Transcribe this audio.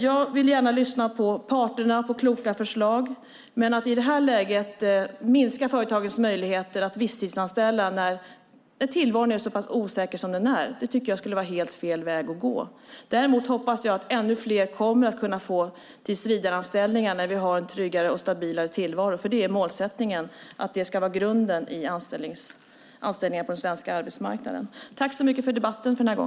Jag lyssnar gärna på kloka förslag från parterna men att i detta läge minska företagens möjligheter att visstidsanställa när tillvaron är så osäker som den är skulle vara helt fel väg att gå. Jag hoppas dock att ännu fler kommer att få tillsvidareanställningar när vi har en tryggare och stabilare tillvaro. Det är målsättningen och grunden för anställningar på den svenska arbetsmarknaden. Jag tackar för debatten.